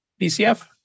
BCF